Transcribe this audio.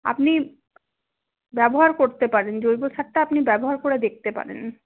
আপনি ব্যবহার করতে পারেন জৈব সারটা আপনি ব্যবহার করে দেখতে পারেন